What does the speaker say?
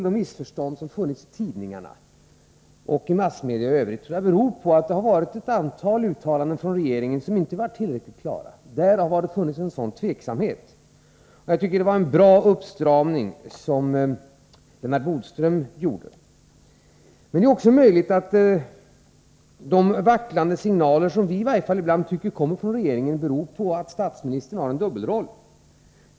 De missförstånd som funnits i tidningarna och i massmedia i övrigt tror jag beror på att det har förekommit ett antal uttalanden från regeringen som inte har varit tillräckligt klara. Därigenom har det uppstått en tveksamhet, och det var en bra uppstramning som Lennart Bodström gjorde. Men det är också möjligt att de vacklande signaler som vi ibland tycker kommer från regeringen beror på att statsministern har en dubbelroll.